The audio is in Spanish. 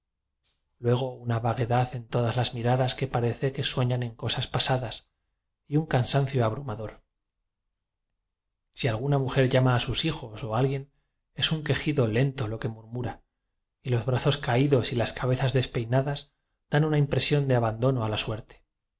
luego una vaguedad en todas las miradas que parece que sue ñan en cosas pasadas y un cansancio abrumador si alguna mujer llama a sus hijos o a al guien es un quejido lento lo que murmura y los brazos caídos y las cabezas despei nadas dan una impresión de abandono a la suerte